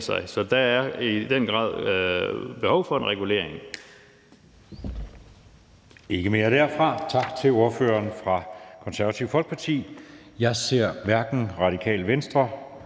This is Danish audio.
Så der er i den grad behov for en regulering.